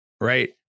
right